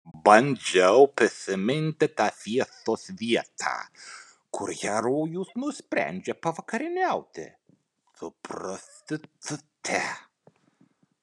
bandžiau prisiminti tą fiestos vietą kur herojus nusprendžia pavakarieniauti su prostitute